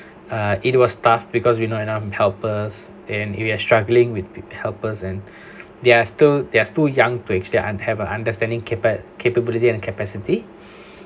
uh it was tough because we no enough helpers and it had struggling with helpers and they're still they're too young to actually I have a understanding capa~ capability and capacity